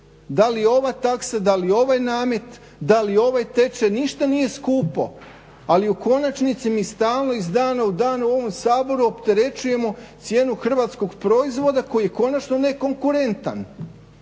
Da li ova taksa, da li ovaj namet, da li ovaj tečaj ništa nije skupo ali u konačnici mi stalno iz dana u dan u ovom Saboru opterećujemo cijenu hrvatskog proizvoda koji je konačno nekonkurentan.